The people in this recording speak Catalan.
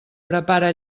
prepara